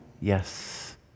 Yes